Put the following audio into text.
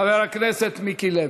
חבר הכנסת מיקי לוי.